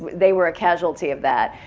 they were a casualty of that.